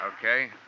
Okay